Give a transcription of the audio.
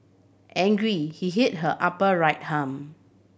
angry he hit her upper right arm